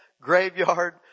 graveyard